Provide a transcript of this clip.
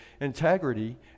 integrity